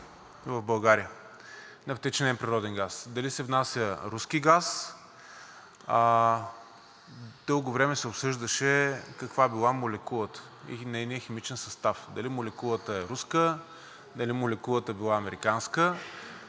в България, на втечнен природен газ, дали се внася руски газ. Дълго време се обсъждаше каква била молекулата и нейният химичен състав – дали молекулата е руска, дали молекулата била американска.